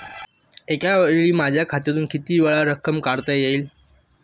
एकावेळी माझ्या खात्यातून कितीवेळा रक्कम काढता येईल?